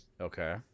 okay